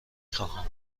خواهم